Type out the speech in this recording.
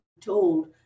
told